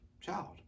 child